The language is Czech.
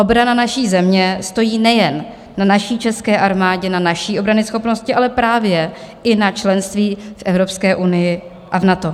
Obrana naší země stojí nejen na naší české armádě, na naší obranyschopnosti, ale právě i na členství v Evropské unii a v NATO.